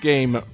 Game